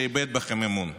שאיבד בכם אמון.